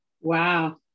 Wow